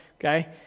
Okay